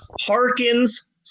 Harkins